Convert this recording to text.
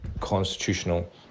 constitutional